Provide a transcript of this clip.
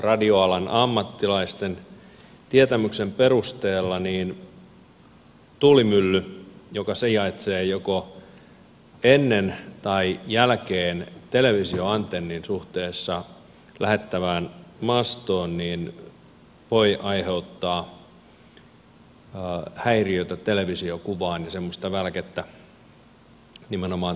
radioalan ammattilaisten tietämyksen perusteella tuulimylly joka sijaitsee joko ennen televisioantennia tai sen jälkeen suhteessa lähettävään mastoon voi aiheuttaa häiriötä ja semmoista välkettä nimenomaan televisiokuvaan